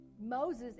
Moses